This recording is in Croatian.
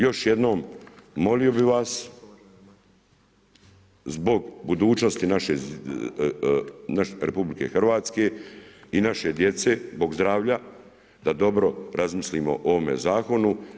Još jednom, molio bih vas zbog budućnosti naše RH i naše djece, zbog zdravlja da dobro razmislimo o ovome Zakonu.